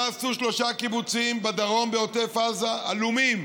מה עשו שלושה קיבוצים בדרום, בעוטף עזה, עלומים,